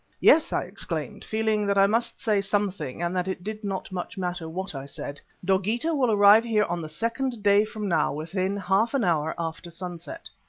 yes, i exclaimed, feeling that i must say something and that it did not much matter what i said, dogeetah will arrive here on the second day from now within half an hour after sunset.